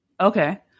Okay